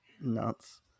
nuts